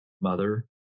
mother